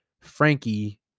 frankie